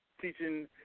teaching